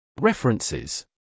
References